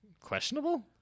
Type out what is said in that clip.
Questionable